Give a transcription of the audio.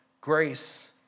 Grace